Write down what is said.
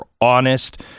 honest